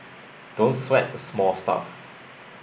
don't sweat the small stuff